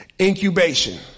incubation